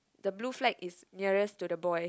the blue flag is nearest to the boy